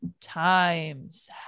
times